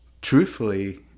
truthfully